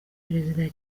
perezida